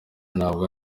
ntabwo